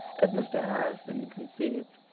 as mr. harrison concedes,